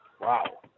Wow